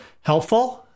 helpful